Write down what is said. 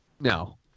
No